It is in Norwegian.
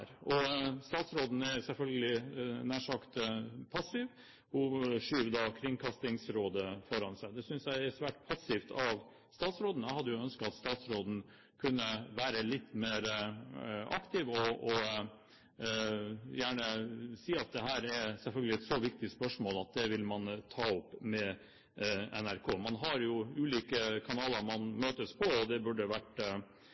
kommenteres her. Statsråden er nær sagt selvfølgelig passiv. Hun skyver Kringkastingsrådet foran seg. Det synes jeg er svært passivt av statsråden. Jeg hadde ønsket at hun kunne være litt mer aktiv og si at dette selvfølgelig er et så viktig spørsmål at det vil man ta opp med NRK. Man har jo ulike kanaler der man